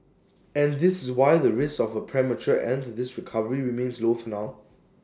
and this is why the risk of A premature end to this recovery remains low for now